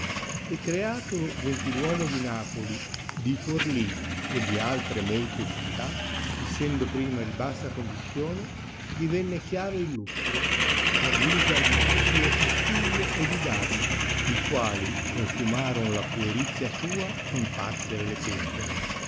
e creatolo gentil uomo di napoli di forlì e di altre molte città essendo prima di bassa condizione divenne chiaro e illusti'e a guisa di tulio ostilio e di david i